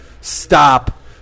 Stop